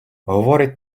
говорить